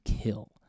kill